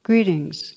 Greetings